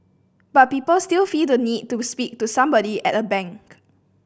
but people still feel the need to speak to somebody at a bank